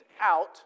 out